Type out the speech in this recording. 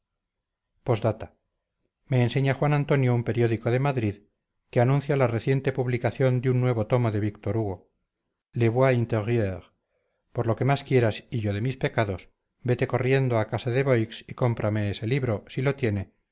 s me enseña juan antonio un periódico de madrid que anuncia la reciente publicación de un nuevo tomo de víctor hugo les voix intérieures por lo que más quieras hillo de mis pecados vete corriendo a casa de boix y cómprame ese libro si lo tiene